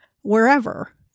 wherever